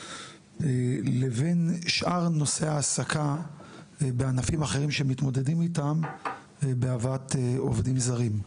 לבין שאר נושאי ההעסקה בענפים אחרים שמתמודדים איתם בהבאת עובדים זרים.